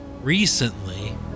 recently